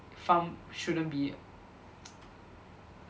pharm shouldn't be